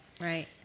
right